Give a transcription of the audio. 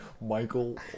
michael